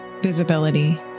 visibility